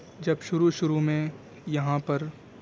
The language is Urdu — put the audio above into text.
جب شروع شروع میں یہاں پر